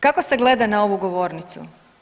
Kako se gleda na ovu govornicu?